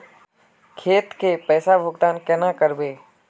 खेत के पैसा भुगतान केना करबे?